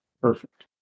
perfect